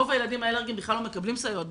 רוב הילדים האלרגיים בכלל לא מקבלים סייעות במעונות.